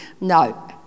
no